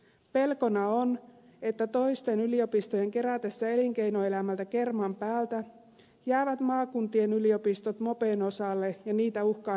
pelkona on että toisten yliopistojen kerätessä elinkeinoelämältä kerman päältä jäävät maakuntien yliopistot mopen osalle ja niitä uhkaa näivettyminen